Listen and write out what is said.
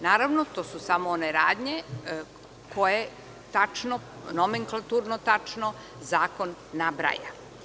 Naravno, to su samo one radnje koje nomenklaturno tačno zakon nabraja.